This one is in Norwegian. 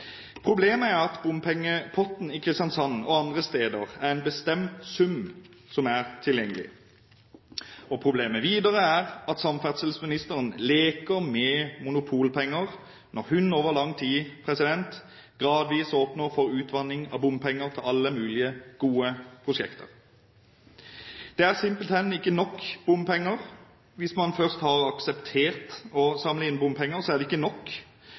Problemet er at bompengepotten i Kristiansand og andre steder er en bestemt sum som er tilgjengelig, og problemet er videre at samferdselsministeren leker med monopolpenger når hun over lang tid gradvis åpner for utvanning av bompenger til alle mulige gode prosjekter. Det er simpelthen ikke nok bompenger. Hvis man først har akseptert å samle inn bompenger, er det ikke nok